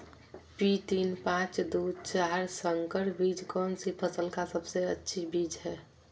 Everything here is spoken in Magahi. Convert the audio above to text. पी तीन पांच दू चार संकर बीज कौन सी फसल का सबसे अच्छी बीज है?